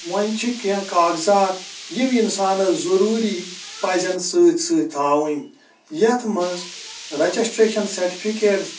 وُۄنۍ چِھ کیٚنٛہہ قاغزات یِم اِنسانَس ضٕروٗری پَزَن سۭتۍ سۭتۍ تھاوٕنۍ یَتھ منٛز رَجٮ۪سٹرٛیٚشَن سَٹفِکیٚٹس